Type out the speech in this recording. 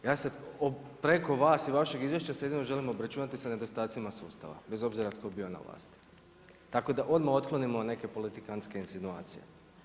Ja se preko vas i vašeg izvješća jedino želim obračunati sa nedostacima sustava bez obzira tko bio na vlasti, tako da odmah otklonimo neke politikantske insinuacije.